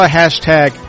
hashtag